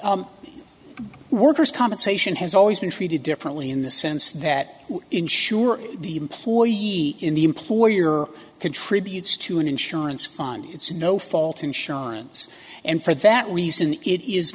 would workers compensation has always been treated differently in the sense that ensure the employees in the employer contributes to an insurance fund it's no fault insurance and for that reason it is